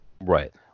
right